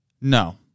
No